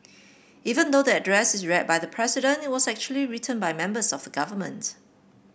even though the address is read by the President it was actually written by members of government